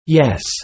yes